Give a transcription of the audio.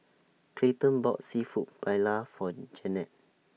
Clayton bought Seafood Paella For Jennette